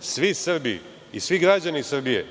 sve Srbi i svi građani Srbije